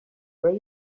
where